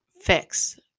fix